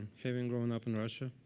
having grown up in russia,